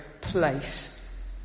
place